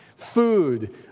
food